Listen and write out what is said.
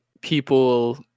people